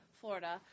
Florida